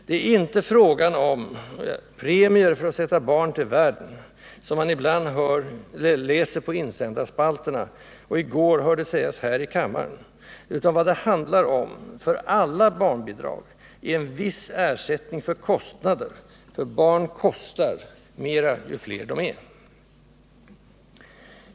Det är inte fråga om ”premier för att sätta barn till världen”, som man ibland läser i insändarspalterna och som man i går hörde sägas här i kammaren, utan vad det handlar om — för alla barnbidrag — är en viss ersättning för ofrånkomliga kostnader. Och barn kostar — mera ju fler de är.